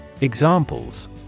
Examples